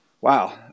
wow